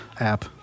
App